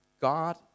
God